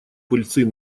пыльцы